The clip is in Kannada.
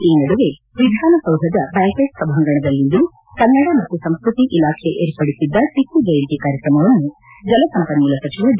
ಈ ನಡುವೆ ವಿಧಾನಸೌಧದ ಬ್ಲಾಂಕ್ಷೆಟ್ ಸಭಾಂಗಣದಲ್ಲಿಂದು ಕನ್ನಡ ಮತ್ತು ಸಂಸ್ಕತಿ ಇಲಾಖೆ ವಿರ್ಪಡಿಸಿದ್ದ ಟಪ್ಪು ಜಯಂತಿ ಕಾರ್ಯಕ್ರಮವನ್ನು ಜಲಸಂಪನ್ನೂಲ ಸಚಿವ ಡಿ